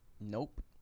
nope